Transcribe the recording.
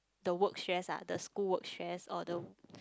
the work stress ah the school work stress or the